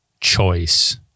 choice